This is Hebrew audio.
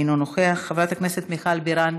אינו נוכח, חברת הכנסת מיכל בירן,